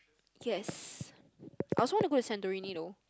yes I also want to go Santorini though